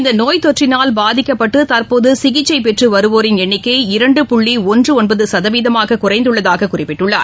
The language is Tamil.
இந்த நோய் தொற்றினால் பாதிக்கப்பட்டு தற்போது சிகிச்சை பெற்று வருவோரின் எண்ணிக்கை இரண்டு புள்ளி ஒன்று ஒன்பது சதவீதமாக குறைந்துள்ளதாக குறிப்பிட்டுள்ளார்